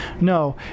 No